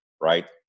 right